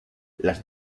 las